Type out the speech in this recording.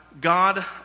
God